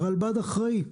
הרלב"ד אחראי.